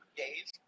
days